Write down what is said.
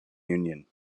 union